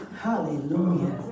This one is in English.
Hallelujah